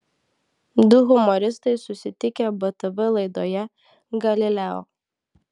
du humoristai susitikę btv laidoje galileo